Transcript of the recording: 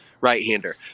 right-hander